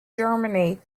germany